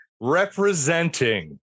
representing